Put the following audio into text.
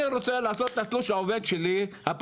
אני רוצה לעשות את התלוש לעובד הפלסטיני